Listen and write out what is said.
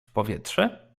powietrze